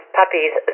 puppies